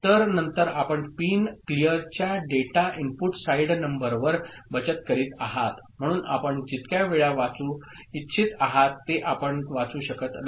तर नंतर आपण पिन क्लीअरच्या डेटा इनपुट साइड नंबरवर बचत करीत आहात म्हणून आपण जितक्या वेळा वाचू इच्छित आहात ते आपण वाचू शकत नाही